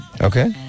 Okay